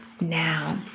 now